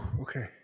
Okay